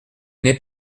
n’est